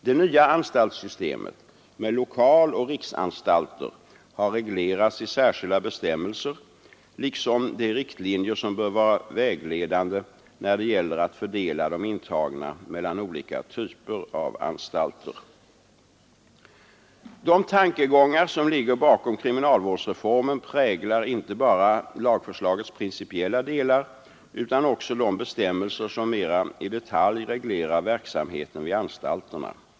Det nya anstaltssystemet med lokaloch riksanstalter har reglerats i särskilda bestämmelser liksom de riktlinjer som bör vara vägledande när det gäller att fördela de intagna mellan olika typer av anstalter. De tankegångar som ligger bakom kriminalvårdsreformen präglar inte bara lagförslagets principiella delar utan också de bestämmelser som mera i detalj reglerar verksamheten vid anstalterna.